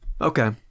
Okay